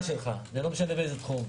וזה לא משנה באיזה תחום.